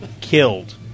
Killed